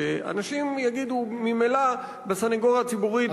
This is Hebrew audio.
שאנשים יגידו: ממילא בסניגוריה הציבורית,